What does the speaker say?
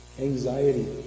anxiety